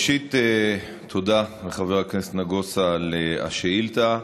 ראשית, תודה לחבר הכנסת נגוסה על השאילתה.